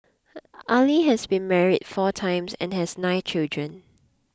Ali has been married four times and has nine children